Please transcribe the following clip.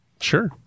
Sure